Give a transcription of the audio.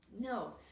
No